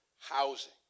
housing